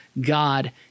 God